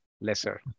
lesser